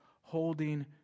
Holding